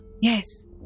yes